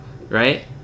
right